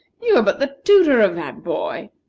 you are but the tutor of that boy!